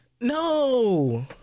No